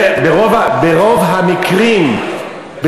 ברוב המקרים,